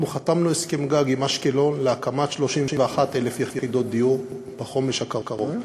אנחנו חתמנו הסכם-גג עם אשקלון להקמת 31,000 יחידות דיור בחומש הקרוב,